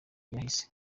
kahise